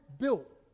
built